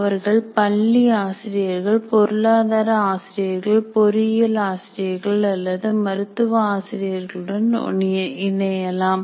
அவர்கள் பள்ளி ஆசிரியர்கள் பொருளாதார ஆசிரியர்கள் பொறியியல் ஆசிரியர்கள் அல்லது மருத்துவ ஆசிரியர்கள் உடன் இணையலாம்